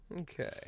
Okay